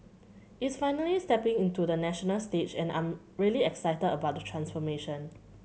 it's finally stepping into the national stage and I'm really excited about the transformation